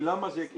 ולמה זה כי